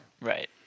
Right